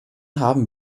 haben